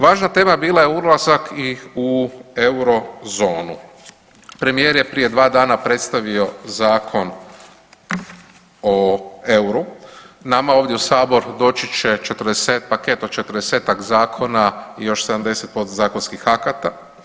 Važna tema bila je ulazak i u Eurozonu, premijer je prije dva dana predstavio zakon o euru, nama ovdje u sabor doći će paket od 40-ak zakona i još 70 podzakonskih akata.